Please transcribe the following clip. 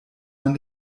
man